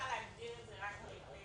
להגביל את זה רק לפשע.